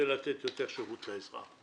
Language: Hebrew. נעשים בדיוק במכונה הזאת שמצלמת את התכנונים,